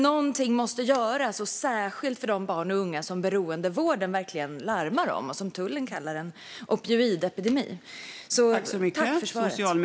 Någonting måste göras, särskilt för de barn och unga som beroendevården larmar om och som tullen menar är del av en opioidepidemi.